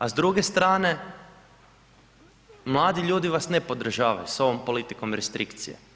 A s druge strane mladi ljudi vas ne podržavaju s ovom politikom restrikcije.